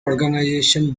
organisation